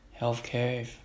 healthcare